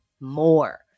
more